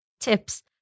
Tips